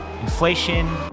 Inflation